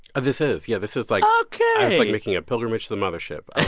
this is. yeah. this is like. ok it's like making a pilgrimage to the mother ship.